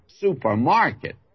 supermarket